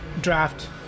draft